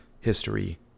history